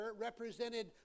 represented